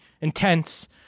intense